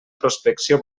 prospecció